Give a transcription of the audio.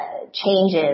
changes